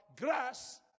grass